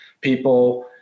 people